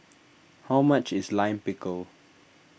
how much is Lime Pickle